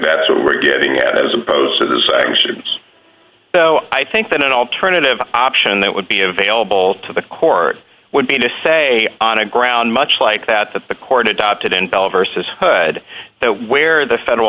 that is what we're getting at as opposed to the sanctions so i think that an alternative option that would be available to the court would be to say on a ground much like that that the court adopted in palaver says good where the federal